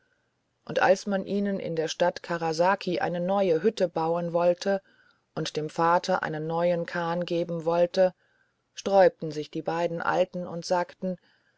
und als man ihnen in der stadt karasaki eine neue hütte bauen wollte und dem vater einen neuen kahn geben wollte sträubten sich die beiden alten und sagten